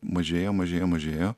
mažėjo mažėjo mažėjo